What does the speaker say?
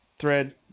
thread